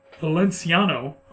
Valenciano